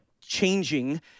changing